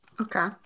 Okay